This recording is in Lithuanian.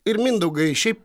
ir mindaugai šiaip